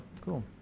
Cool